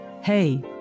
hey